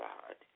God